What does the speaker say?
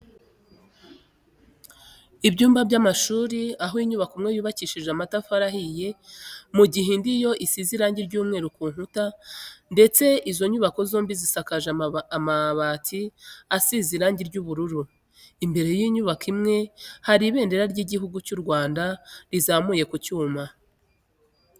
Ibyumba by'amashuri aho inyubako imwe yubakishije amatafari ahiye mu gihe indi yo isize irange ry'umweru ku nkuta ndetse izo nyubako zombi zisakaje amabati asize airange ry'ubururu. Imbere y'inyubako imwe hari ibendera ry'igihugu cy'u Rwanda rizamuye ku cyuma.